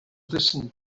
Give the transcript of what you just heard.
listen